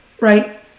right